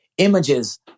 Images